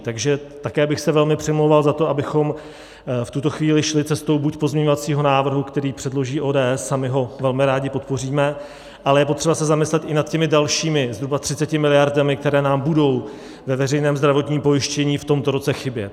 Takže také bych se velmi přimlouval za to, abychom v tuto chvíli šli cestou buď pozměňovacího návrhu, který předloží ODS, a my ho velmi rádi podpoříme, ale je potřeba se zamyslet i nad těmi dalšími zhruba 30 miliardami, které nám budou ve veřejném zdravotním pojištění v tomto roce chybět.